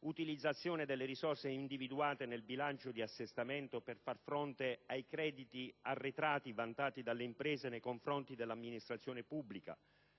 utilizzazione delle risorse individuate nel bilancio di assestamento per far fronte ai crediti arretrati vantati dalle imprese nei confronti dell'amministrazione pubblica.